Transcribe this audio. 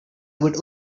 about